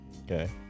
Okay